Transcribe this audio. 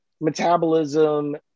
metabolism